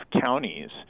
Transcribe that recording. counties